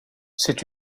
c’est